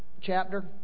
chapter